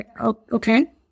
okay